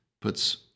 puts